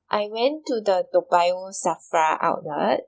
I went to the Toa Payoh SAFRA outlet